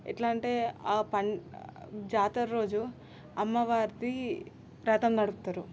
ఎట్లా అంటే జాతర రోజు అమ్మవారిది రథం నడుపుతారు